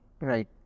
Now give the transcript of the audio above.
right